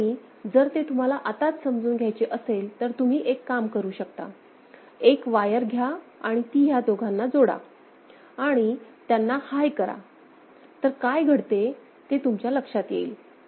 आणि जर ते तुम्हाला आताच समजून घ्यायचे असेल तर तुम्ही एक काम करू शकता एक वायर घ्या आणि ती ह्या दोघांना जोडा आणि त्यांना हाय करा तर काय घडते ते तुमच्या लक्षात येईल